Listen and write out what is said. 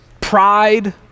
pride